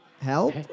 Help